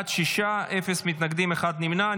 בעד, שישה, אין מתנגדים, נמנע אחד.